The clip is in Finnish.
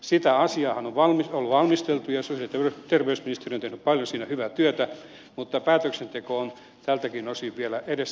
sitä asiaahan on valmisteltu ja sosiaali ja terveysministeriö on tehnyt siinä paljon hyvää työtä mutta päätöksenteko on tältäkin osin vielä edessä